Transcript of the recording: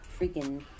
freaking